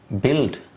build